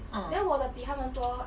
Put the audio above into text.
uh